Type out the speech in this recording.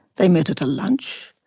they met at a lunch,